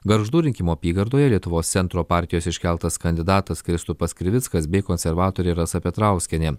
gargždų rinkimų apygardoje lietuvos centro partijos iškeltas kandidatas kristupas krivickas bei konservatorė rasa petrauskienė